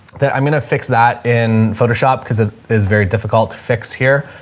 that i'm going to fix that in photoshop cause it is very difficult to fix here.